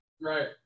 Right